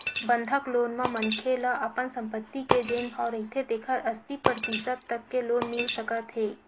बंधक लोन म मनखे ल अपन संपत्ति के जेन भाव रहिथे तेखर अस्सी परतिसत तक के लोन मिल सकत हे